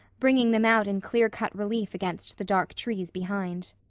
bringing them out in clear-cut relief against the dark trees behind.